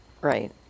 right